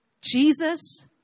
Jesus